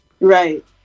right